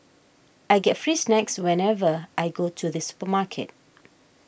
I get free snacks whenever I go to the supermarket